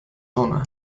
honor